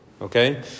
okay